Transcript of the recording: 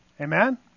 Amen